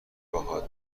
باهات